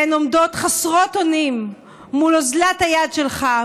והן עומדות חסרות אונים מול אוזלת היד שלך,